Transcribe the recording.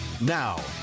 Now